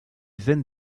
veines